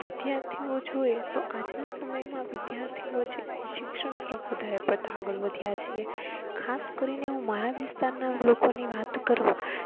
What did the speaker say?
વિદ્યાર્થીઓ જુએ તો આજના સમયમાં વિદ્યાર્થીઓ છે એ શિક્ષણ તરફ વધારે પડતાં આગળ વધ્યાં ખાસ કરીને હું મારા વિસ્તારના લોકોની વાત કરું કે